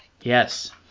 Yes